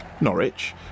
Norwich